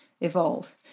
evolve